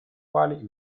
quali